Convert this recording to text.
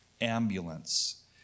ambulance